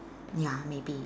ya maybe